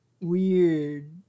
Weird